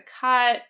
cut